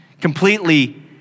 Completely